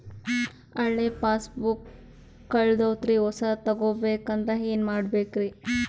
ಹಳೆ ಪಾಸ್ಬುಕ್ ಕಲ್ದೈತ್ರಿ ಹೊಸದ ತಗೊಳಕ್ ಏನ್ ಮಾಡ್ಬೇಕರಿ?